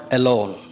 alone